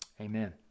Amen